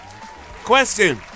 Question